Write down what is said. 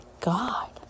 God